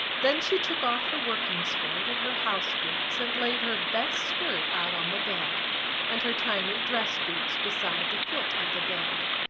then she took off her working skirt and her house-boots and laid her best skirt out on the bed and her tiny dress-boots beside the foot of the bed.